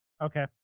Okay